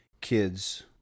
kids